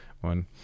One